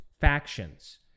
factions